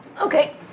okay